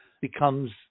becomes